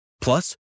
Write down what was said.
Plus